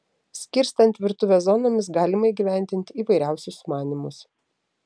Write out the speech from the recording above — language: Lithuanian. skirstant virtuvę zonomis galima įgyvendinti įvairiausius sumanymus